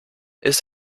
ist